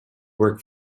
work